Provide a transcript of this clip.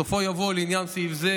בסופו יבוא: 'לעניין סעיף זה,